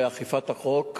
ואכיפת החוק,